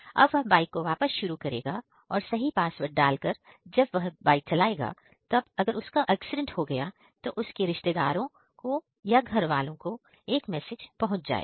अब वह बाइक को वापस शुरू करेगा और सही पासवर्ड डालकर जब वह बाइक चलाएगा तब अगर उसका एक्सीडेंट हो गया तो उसके रिश्तेदारों को या घरवालों को एक मैसेज पहुंच जाएगा